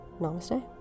Namaste